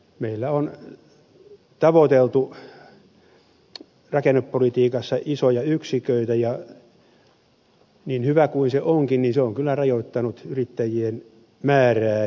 meillä on tavoiteltu rakennepolitiikassa isoja yksiköitä ja niin hyvä kuin se onkin se on kyllä rajoittanut yrittäjien määrää